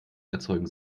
erzeugen